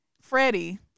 Freddie